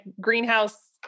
greenhouse